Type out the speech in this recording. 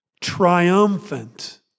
triumphant